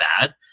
bad